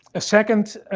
a second